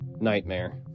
nightmare